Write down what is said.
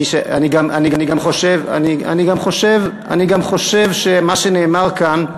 אני גם חושב שמה שנאמר כאן,